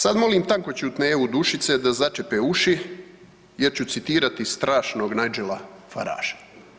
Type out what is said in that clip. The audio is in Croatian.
Sad molimo tankoćutne EU dušice da začepe uši jer ću citirati strašnog Nigela Faragea.